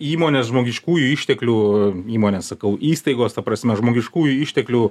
įmonės žmogiškųjų išteklių įmonės sakau įstaigos ta prasme žmogiškųjų išteklių